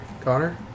Connor